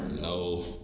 No